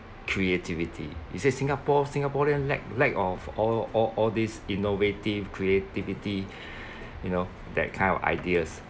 creativity he said singapore singaporean lack lack of all all all these innovative creativity you know that kind of ideas